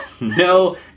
No